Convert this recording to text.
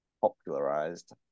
popularized